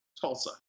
Tulsa